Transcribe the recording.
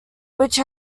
which